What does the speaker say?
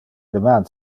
deman